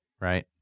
right